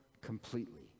completely